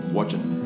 Watching